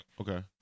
Okay